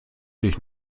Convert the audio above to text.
dich